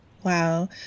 Wow